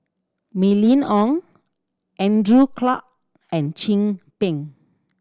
Mylene Ong Andrew Clarke and Chin Peng